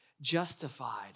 justified